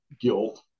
guilt